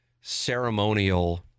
ceremonial